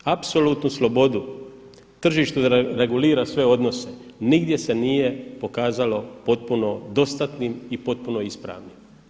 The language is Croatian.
Pustiti sve, apsolutnu slobodu tržištu da regulira sve odnose nigdje se nije pokazalo potpuno dostatnim i potpuno ispravnim.